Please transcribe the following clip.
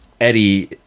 eddie